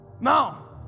now